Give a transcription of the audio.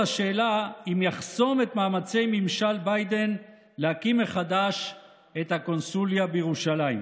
השאלה אם יחסום את מאמצי ממשל ביידן להקים מחדש את הקונסוליה בירושלים.